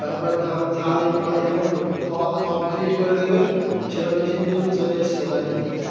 তারপরে ধান ঝাড়াই মারাই এখন অল কমপ্লিট করে দেবে সেরম মেশিন পর্যন্ত চলে এসছে বাইরের দিকে